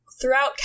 throughout